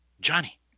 Johnny